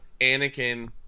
anakin